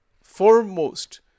foremost